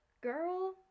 girl